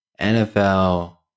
NFL